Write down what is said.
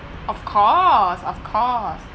of course of course